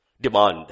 demand